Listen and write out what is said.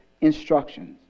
instructions